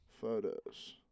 Photos